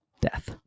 death